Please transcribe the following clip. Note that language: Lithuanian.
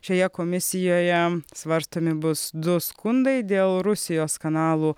šioje komisijoje svarstomi bus du skundai dėl rusijos kanalų